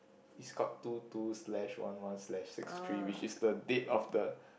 it's called two two slash one one slash six three which is the date of the